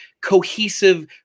cohesive